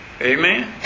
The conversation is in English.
Amen